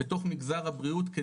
בתוך מגזר הבריאות,